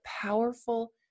powerful